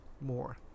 more